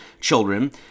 children